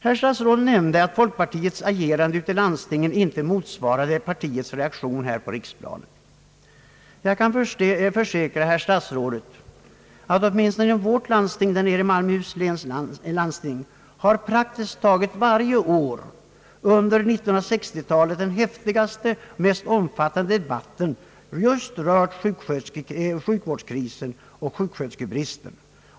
Herr statsrådet nämnde att folkpartiets agerande i landstingen inte motsvarar partiets reaktion på riksplanet. Jag kan försäkra herr statsrådet att i åtminstone vårt landsting i Malmöhus län har praktiskt taget varje år under 1960-talet den häftigaste och mest omfattande debatten rört just sjukvårdskrisen och sjuksköterskebristen.